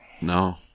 No